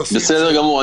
בסדר גמור.